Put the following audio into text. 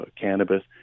cannabis